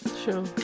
sure